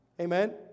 Amen